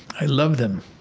i love them